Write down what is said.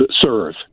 serve